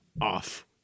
off